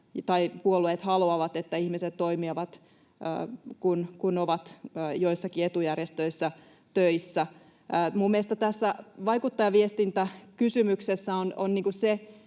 tai puolueet haluavat, että ihmiset toimivat, kun he ovat töissä joissakin etujärjestöissä. Mielestäni tässä vaikuttajaviestintäkysymyksessä on se